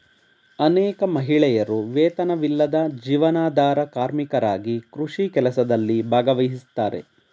ಅನೇಕ ಮಹಿಳೆಯರು ವೇತನವಿಲ್ಲದ ಜೀವನಾಧಾರ ಕಾರ್ಮಿಕರಾಗಿ ಕೃಷಿ ಕೆಲಸದಲ್ಲಿ ಭಾಗವಹಿಸ್ತಾರೆ